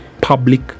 public